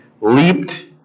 leaped